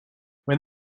when